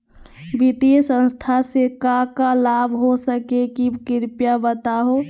वित्तीय संस्था से का का लाभ हो सके हई कृपया बताहू?